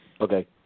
Okay